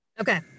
okay